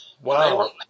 Wow